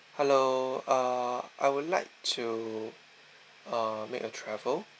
hello uh I would like to uh make a travel